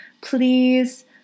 please